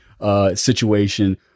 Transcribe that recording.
situation